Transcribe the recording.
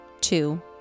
two